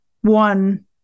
one